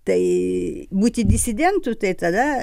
tai būti disidentu tai tada